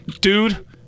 dude